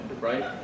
right